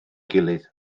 gilydd